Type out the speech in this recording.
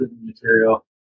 material